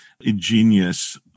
ingenious